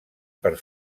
per